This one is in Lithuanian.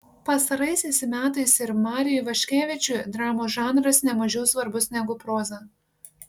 pastaraisiais metais ir mariui ivaškevičiui dramos žanras ne mažiau svarbus negu proza